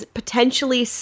potentially